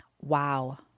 wow